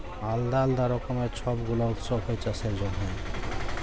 আলদা আলদা রকমের ছব গুলা উৎসব হ্যয় চাষের জনহে